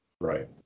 Right